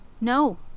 No